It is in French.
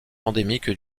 endémique